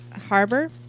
Harbor